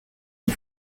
une